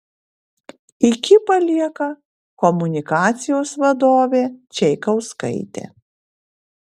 iki palieka komunikacijos vadovė čaikauskaitė